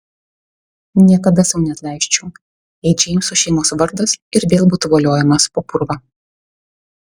niekada sau neatleisčiau jei džeimso šeimos vardas ir vėl būtų voliojamas po purvą